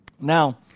now